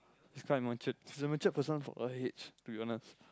she's quite matured she's a matured person for her age to be honest